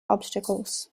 obstacles